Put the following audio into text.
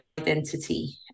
identity